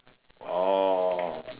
oh